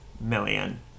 million